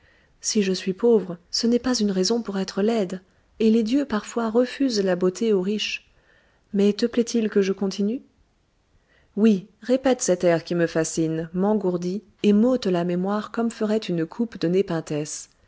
si je suis pauvre ce n'est pas une raison pour être laide et les dieux parfois refusent la beauté aux riches mais te plaît-il que je continue oui répète cet air qui me fascine m'engourdit et m'ôte la mémoire comme ferait une coupe de